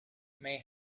may